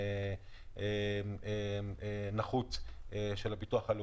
כדי שלא ייחזו כבעלי סמכות ולכן כתוב כאן במפורש שהם לא